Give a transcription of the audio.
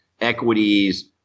equities